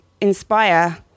inspire